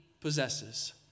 possesses